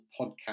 podcast